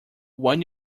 when